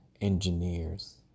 engineers